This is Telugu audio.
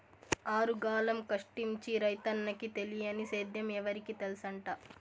ఆరుగాలం కష్టించి రైతన్నకి తెలియని సేద్యం ఎవరికి తెల్సంట